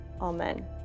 Amen